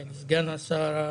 שטחי תעשייה